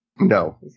No